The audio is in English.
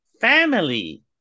family